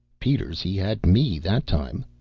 peters, he had me, that time.